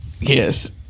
Yes